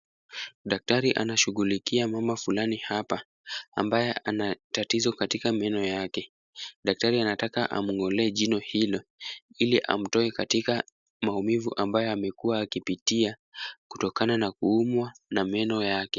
Daktari anashughulikia mama fulani hapa ambaye anatatizo katika meno yake, daktari anataka amng'ole jino hilo, ili amtoe katika maumivu ambayo amekuwa akipitia kutokana na kuuma meno yake.